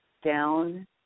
down